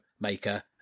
maker